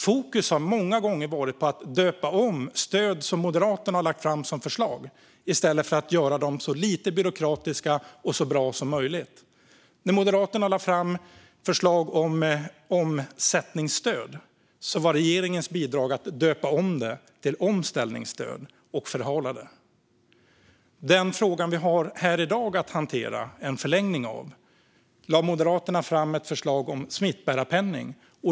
Fokus har många gånger legat på att döpa om förslag på stöd som Moderaterna har lagt fram i stället för att göra dem så lite byråkratiska och så bra som möjligt. När Moderaterna lade fram förslag om omsättningsstöd blev regeringens bidrag att döpa om det till omställningsstöd och att förhala det. Den fråga vi i dag ska hantera en förlängning av lade Moderaterna fram ett förslag om i form av smittbärarpenning.